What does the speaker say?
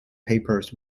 papers